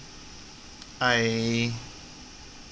I